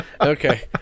Okay